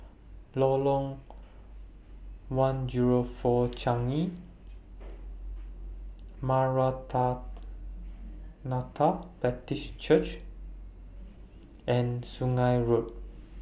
Lorong one Zero four Changi Baptist Church and Sungei Road